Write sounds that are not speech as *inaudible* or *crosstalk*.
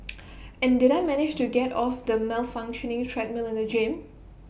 *noise* and did I manage to get off the malfunctioning treadmill in the gym